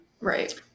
right